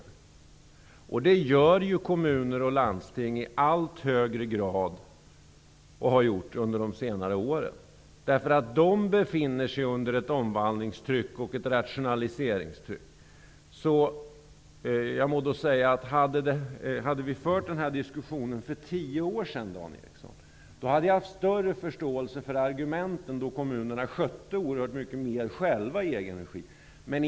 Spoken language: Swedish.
Det gör kommuner och landsting i allt större utsträckning, och har så gjort under de senaste åren. De befinner sig under ett omvandlings och rationaliseringstryck. Hade vi fört den här diskussionen för tio år sedan skulle jag ha haft större förståelse för argumenten, eftersom kommunerna då skötte oerhört mycket mera själva i egen regi.